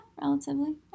relatively